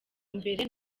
mbere